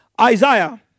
Isaiah